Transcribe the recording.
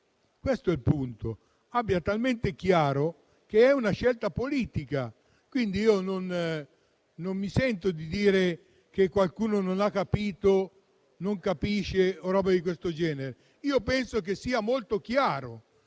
Questo è il punto. Lo abbia talmente chiaro che è una scelta politica, quindi io non mi sento di dire che qualcuno non ha capito, non capisce o cose di questo genere. Penso che sia molto chiaro